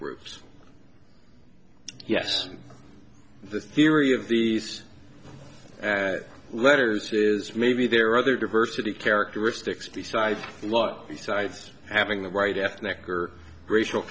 groups yes the theory of these letters is maybe there are other diversity characteristics besides a lot of sides having the right ethnic or racial